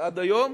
ועד היום,